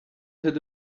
had